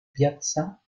piazza